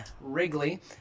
Wrigley